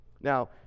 now